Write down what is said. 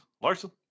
Larson